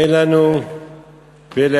אין לנו פה להשיב,